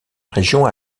région